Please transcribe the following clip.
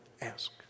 ask